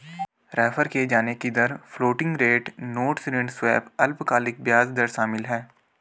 refer किये जाने की दर फ्लोटिंग रेट नोट्स ऋण स्वैप अल्पकालिक ब्याज दर शामिल है